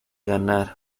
ganar